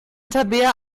tabea